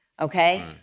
okay